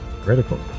critical